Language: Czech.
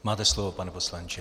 Máte slovo, pane poslanče.